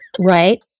Right